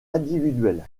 individuel